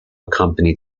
accompany